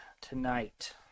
tonight